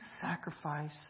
sacrifice